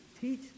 teach